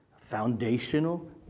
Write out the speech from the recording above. Foundational